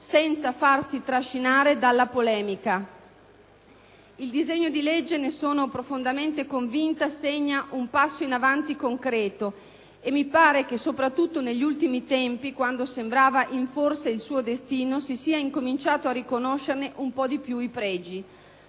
*(Applausi del senatore* *Possa)*. Il disegno di legge, ne sono profondamente convinta, segna un passo in avanti concreto, e mi sembra che, soprattutto negli ultimi tempi, quando sembrava in forse il suo destino, si sia iniziato a riconoscerne un po' più i pregi.